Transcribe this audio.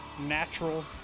natural